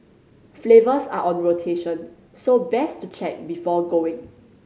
flavours are on rotation so best to check before going